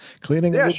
Cleaning